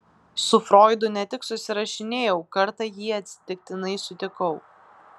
su froidu ne tik susirašinėjau kartą jį atsitiktinai sutikau